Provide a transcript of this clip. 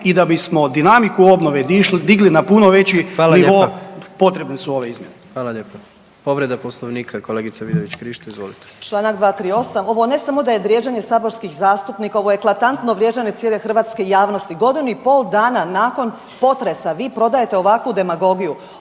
i da bismo dinamiku obnove digli na puno veći nivo …/Upadica: Hvala